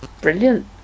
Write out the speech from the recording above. Brilliant